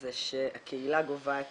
זה שהקהילה גובה את